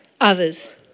others